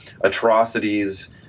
atrocities